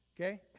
Okay